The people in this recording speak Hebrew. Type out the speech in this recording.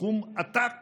סכום עתק